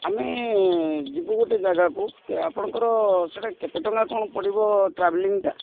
ଆମେ ଯିବୁ ଗୋଟେ ଜାଗାକୁ ଆପଣଙ୍କର ସେଟା କେତେ ଟଙ୍କା କ'ଣ ପଡ଼ିବ ଟ୍ରାଭେଲିଙ୍ଗଟା